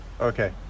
okay